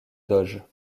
doge